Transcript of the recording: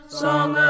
song